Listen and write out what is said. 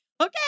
Okay